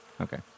Okay